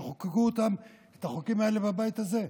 חוקים שחוקקו אותם בבית הזה,